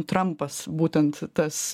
trampas būtent tas